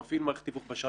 תודה.